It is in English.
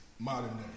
Modern